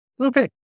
Okay